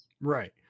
Right